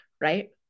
right